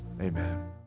Amen